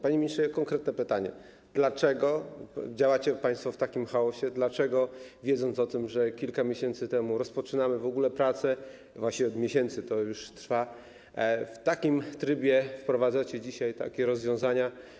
Panie ministrze, konkretne pytanie: Dlaczego działacie państwo w takim chaosie, dlaczego wiedząc od kilku miesięcy o tym, że rozpoczynamy w ogóle takie prace, właściwie od miesięcy to już trwa, w takim trybie wprowadzacie dzisiaj takie rozwiązania?